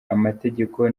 amategeko